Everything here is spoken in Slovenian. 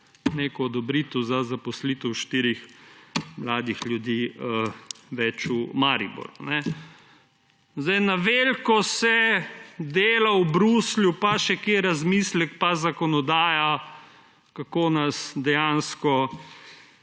neko odobrite za dodatno zaposlitev štirih mladih ljudi v Maribor. Na veliko se dela v Bruslju pa še kje razmislek in zakonodaja, kako nas dejansko